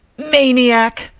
maniac!